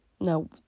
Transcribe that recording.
No